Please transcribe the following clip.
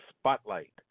Spotlight